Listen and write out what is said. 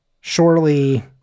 surely